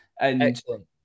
Excellent